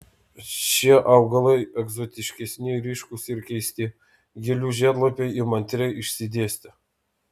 šie augalai egzotiškesni ryškūs ir keisti gėlių žiedlapiai įmantriai išsidėstę